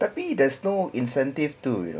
tapi there's no incentive too you know